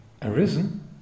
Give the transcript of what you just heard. Arisen